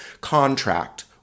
contract